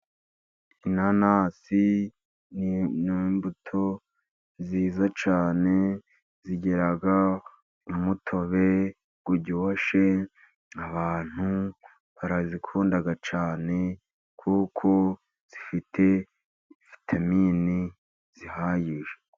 Inanasi ni imbuto nziza cyane. Zigira umutobe uryoshye, abantu barazikunda cyane kuko zifite vitaminini zihagije.